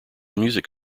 music